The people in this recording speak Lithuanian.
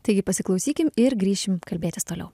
taigi pasiklausykim ir grįšim kalbėtis toliau